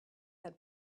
had